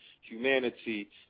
humanity